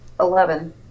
Eleven